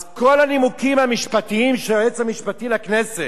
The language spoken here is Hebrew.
אז, כל הנימוקים המשפטיים של היועץ המשפטי לכנסת,